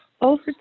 over